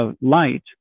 light